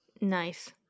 Nice